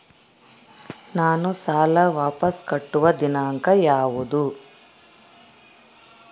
ನಾನು ಸಾಲ ವಾಪಸ್ ಕಟ್ಟುವ ದಿನಾಂಕ ಯಾವುದು?